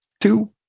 two